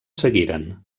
seguiren